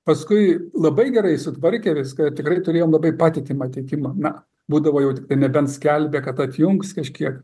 paskui labai gerai sutvarkė viską tikrai turėjom labai patikimą tiekimą na būdavo jau tiktai nebent skelbia kad atjungs kažkiek